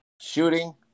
shooting